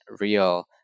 real